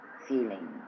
feeling